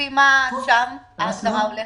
לפי מה ההגדרה הולכת שם?